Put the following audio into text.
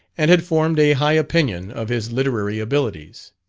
and had formed a high opinion of his literary abilities.